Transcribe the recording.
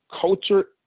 culture